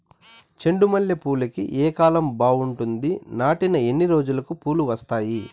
చెండు మల్లె పూలుకి ఏ కాలం బావుంటుంది? నాటిన ఎన్ని రోజులకు పూలు వస్తాయి?